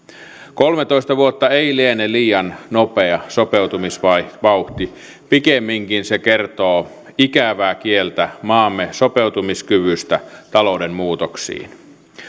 kolmetoista vuotta ei liene liian nopea sopeutumisvauhti pikemminkin se kertoo ikävää kieltä maamme sopeutumiskyvystä talouden muutoksiin